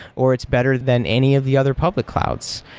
or it's better than any of the other public clouds.